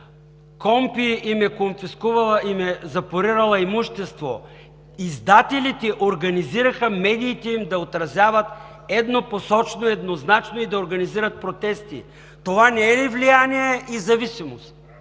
КПКОНПИ им е конфискувала и им е запорирала имущество, издателите организираха медиите им да отразяват еднопосочно и еднозначно, и да организират протести. Това не е ли влияние и зависимост?!